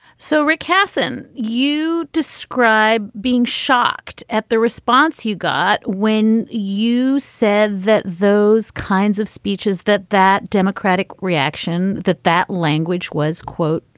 so rickerson, you describe being shocked at the response you got when you said that those kinds of speeches, that that democratic reaction, that that language was, quote,